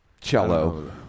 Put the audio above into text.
Cello